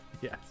Yes